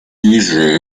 newsroom